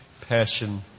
Passion